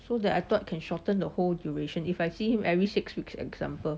so that I thought can shorten the whole duration if I see him every six weeks example